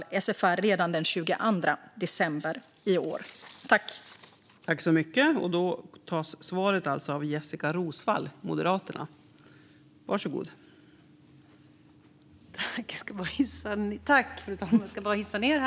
Då interpellanten anmält att han var förhindrad att närvara vid sammanträdet medgav förste vice talmannen att Jessika Roswall i stället fick delta i debatten.